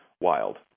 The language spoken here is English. wild